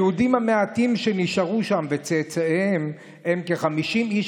היהודים המעטים שנשארו שם וצאצאיהם הם כ-50 איש